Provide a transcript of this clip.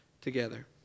together